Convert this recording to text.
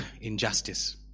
injustice